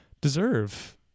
deserve